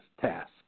task